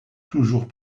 toujours